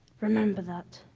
remember that.